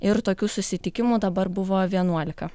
ir tokių susitikimų dabar buvo vienuolika